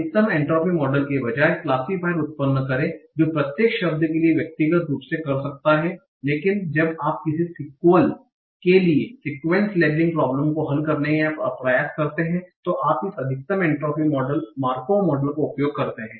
अधिकतम entropy model के बजाय क्लासिफायर उत्पन्न करे जो प्रत्येक शब्द के लिए व्यक्तिगत रूप से कर सकता है लेकिन जब आप किसी सीक्वल के लिए सीक्वेंस लेबलिंग प्रोब्लम को हल करने का प्रयास कर रहे हैं तो आप इस अधिकतम एन्ट्रापी मार्कोव मॉडल का उपयोग करते हैं